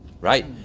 right